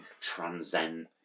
transcend